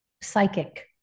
psychic